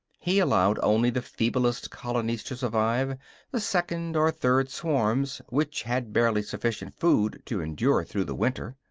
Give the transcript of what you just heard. he allowed only the feeblest colonies to survive the second or third swarms, which had barely sufficient food to endure through the winter.